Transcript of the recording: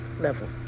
level